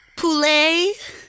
Poulet